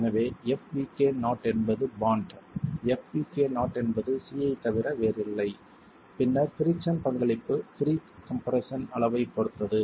எனவே fvk0 என்பது bond fvk0 என்பது c ஐத் தவிர வேறில்லை பின்னர் பிரிக்ஸன் பங்களிப்பு ப்ரீ கம்ப்ரெஸ்ஸன் அளவைப் பொறுத்தது